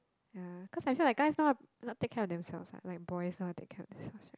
ya I cause feel like guys know how to take care of themselves ah like boys know how to take care of themselves